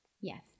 Yes